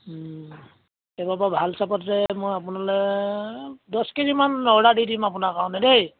কেইবাবাৰো ভাল চাহপাতেই মই আপোনালে দহ কে জিমান অৰ্ডাৰ দি দিম আপোনাৰ কাৰণে দেই